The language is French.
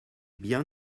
bien